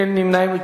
אין נמנעים.